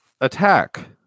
attack